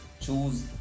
choose